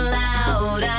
loud